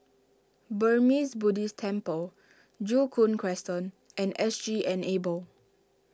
Burmese Buddhist Temple Joo Koon Crescent and S G Enable